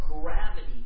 gravity